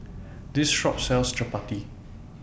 This Shop sells Chappati